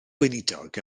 gweinidog